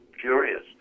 curious